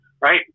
right